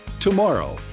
tomorrow,